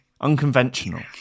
Unconventional